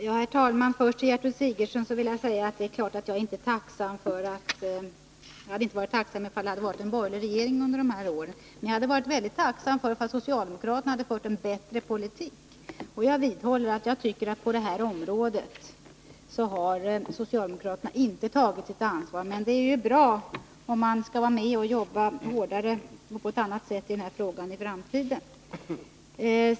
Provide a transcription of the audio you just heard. Herr talman! Det är klart, Gertrud Sigurdsen, att jag inte är tacksam för att det har varit en borgerlig regering under de här åren. Men jag hade varit väldigt tacksam om socialdemokraterna hade fört en bättre politik i fråga om barnomsorgen. Jag vidhåller min uppfattning att socialdemokraterna på detta område inte har tagit sitt ansvar. Men det är bra om de vill vara med och jobba hårdare och på ett annat sätt i framtiden.